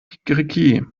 kikeriki